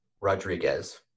Rodriguez